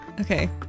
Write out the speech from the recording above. Okay